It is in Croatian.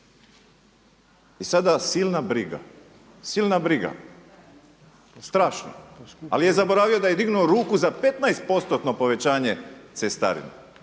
I sada silna briga, silna briga. Strašno. Ali je zaboravio da je dignuo ruku za 15%-tno povećanje cestarina.